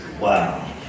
wow